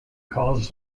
calls